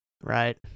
Right